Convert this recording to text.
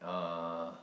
uh